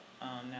Now